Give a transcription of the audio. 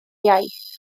iaith